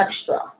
extra